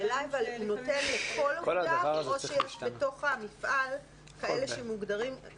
הוא נותן לכל עובדיו או שבתוך המפעל כאלה שמוגדרים כעובדים חיוניים?